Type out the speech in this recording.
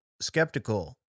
skeptical